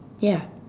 ya